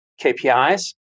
KPIs